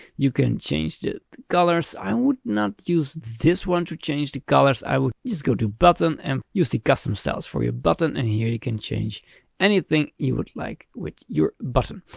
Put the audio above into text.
you can change the colors, i would not use this one to change the colors, i would just go to button and use the custom styles for your button. and here you can change anything you would like with your button.